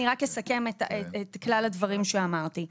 אני רק אסכם את כלל הדברים שאמרתי,